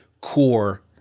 core